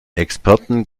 experten